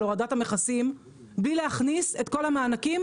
הורדת המכסים בלי להכניס את כל המענקים,